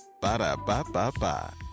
Ba-da-ba-ba-ba